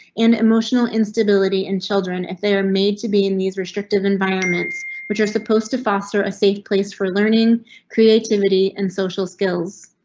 an emotional instability, and children if they are made to be in these restrictive environments which are supposed to foster a safe place for learning creativity and social skills.